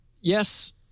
yes